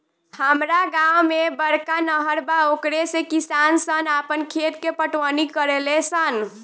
हामरा गांव में बड़का नहर बा ओकरे से किसान सन आपन खेत के पटवनी करेले सन